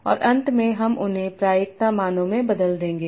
और अंत में हम उन्हें प्रायिकता मानों में बदल देंगे